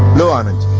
no on it